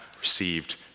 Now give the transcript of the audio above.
received